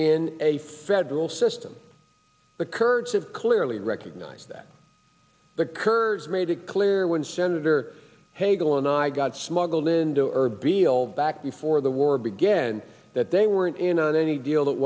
in a federal system the kurds have clearly recognized that the kurds made it clear when senator hagel and i got smuggled into erbil back before the war began that they weren't in on any deal that